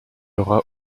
aura